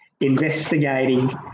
investigating